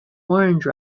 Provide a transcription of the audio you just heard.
orange